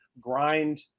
grind